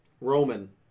Roman